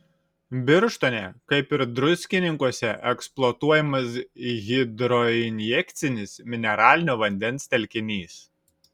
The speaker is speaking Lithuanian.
birštone kaip ir druskininkuose eksploatuojamas hidroinjekcinis mineralinio vandens telkinys